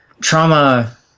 trauma